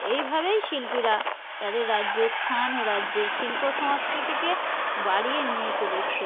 এইভাবেই শিল্পীরা তাদের রাজ্যের স্থান ও রাজ্যের শিল্প সংস্কৃতিকে বাড়িয়ে নিয়ে চলেছে